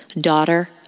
daughter